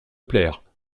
plaire